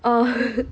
orh